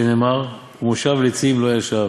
שנאמר 'ובמושב לצים לא ישב'.